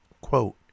Quote